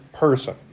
person